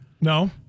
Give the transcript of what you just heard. No